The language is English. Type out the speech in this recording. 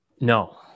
no